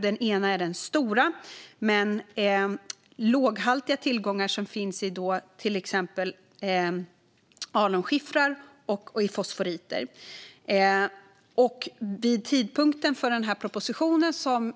Den ena är den stora, men låghaltiga tillgångar finns i till exempel alunskiffer och fosforit. Vid tidpunkten för den proposition som